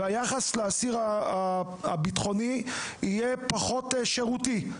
והיחס לאסיר הבטחוני יהיה פחות שירותי.